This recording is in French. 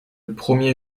premier